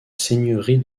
seigneurie